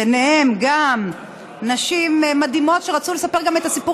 ובהן גם נשים מדהימות שרצו לספר את הסיפור